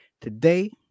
today